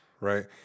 Right